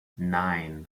nine